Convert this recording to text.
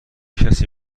کسی